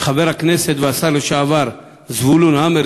חבר הכנסת והשר לשעבר זבולון המר,